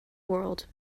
world